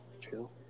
Chill